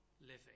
living